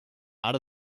out